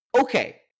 Okay